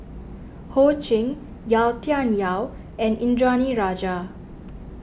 Ho Ching Yau Tian Yau and Indranee Rajah